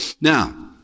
Now